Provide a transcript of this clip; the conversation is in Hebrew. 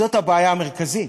זאת הבעיה המרכזית,